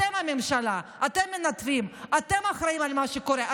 אתם הממשלה, אתם מנתבים, אתם אחראים למה שקורה.